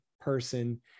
person